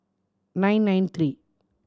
nine nine three